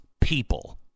people